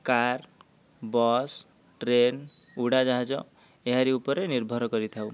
car bus train ଉଡ଼ାଯାହାଜ ଏହାରି ଉପରେ ନିର୍ଭର କରିଥାଉ